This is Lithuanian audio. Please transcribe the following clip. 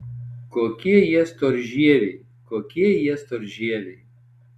kokie jie storžieviai kokie jie storžieviai